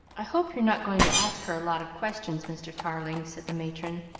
i hope you're not going to ask her a lot of questions, mr. tarling, said the matron,